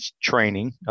training